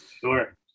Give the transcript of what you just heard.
Sure